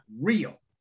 real